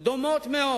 הסוגיות דומות מאוד,